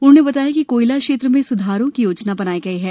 उन्होंने बताया कि कोयला क्षेत्र में सुधारों की योजना बनाई गई है